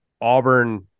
Auburn